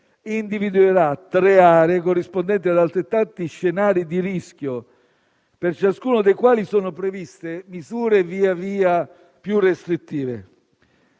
individuerà tre aree, corrispondenti ad altrettanti scenari di rischio, per ciascuno dei quali sono previste misure via via più restrittive.